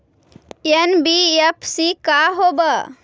NBFC का होब?